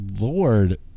lord